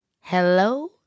Hello